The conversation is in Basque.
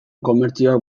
komertzioak